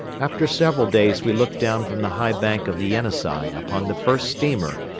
after several days we looked down from the high bank of the yenisei upon the first steamer,